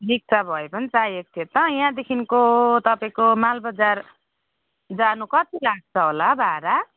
रिक्सा भए पनि चाहिएको थियो त यहाँदेखिको तपाईँको मालबजार जानु कति लाग्छ होला भारा